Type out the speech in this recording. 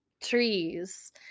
trees